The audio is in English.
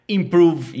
improve